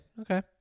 okay